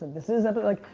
this is ah but like,